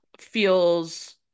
feels